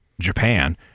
Japan